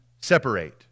separate